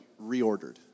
reordered